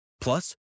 Plus